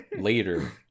later